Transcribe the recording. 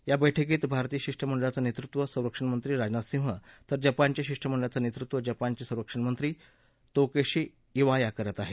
या बर्वक्रीत भारतीय शिष्टमंडळाचं नेतृत्व संरक्षणमंत्री राजनाथ सिंह तर जपानच्या शिष्टमंडळाचं नेतृत्व जपानचे संरक्षणमंत्री ताकेशी विया करत आहेत